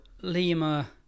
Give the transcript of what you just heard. Lima